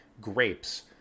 grapes